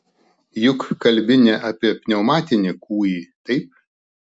juk kalbi ne apie pneumatinį kūjį taip